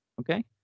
okay